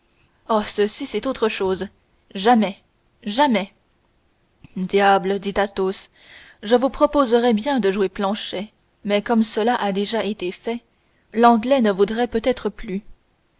oh ceci c'est autre chose jamais jamais diable dit athos je vous proposerais bien de jouer planchet mais comme cela a déjà été fait l'anglais ne voudrait peut-être plus